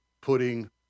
putting